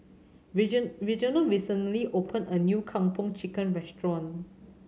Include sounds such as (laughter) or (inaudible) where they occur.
(unintelligible) Reginal recently opened a new Kung Po Chicken restaurant